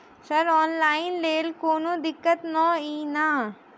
Sir online लैल कोनो दिक्कत न ई नै?